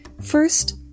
First